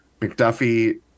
McDuffie